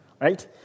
Right